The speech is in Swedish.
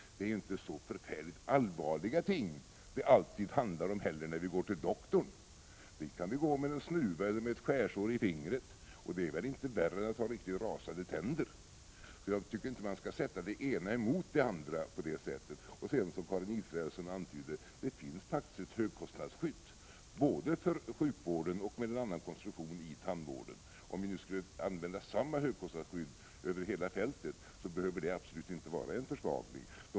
Det är inte heller alltid så allvarliga ting det handlar om när vi går till doktorn. Vi kan ju gå med en snuva eller ett skärsår i fingret, och det är väl inte värre än att ha trasiga tänder. Jag tycker inte man skall sätta det ena mot det andra. Som Karin Israelsson antydde finns det faktiskt ett högkostnadsskydd både för sjukvården och med en annan konstruktion för tandvården. Om vi skulle använda samma högkostnadsskydd över hela fältet, behöver det absolut inte innebära någon försvagning.